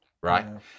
right